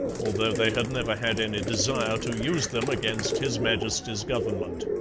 although they had never had any desire to use them against his majesty's government.